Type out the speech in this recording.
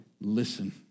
Listen